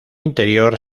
interior